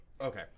Okay